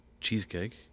cheesecake